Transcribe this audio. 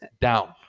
down